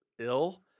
ill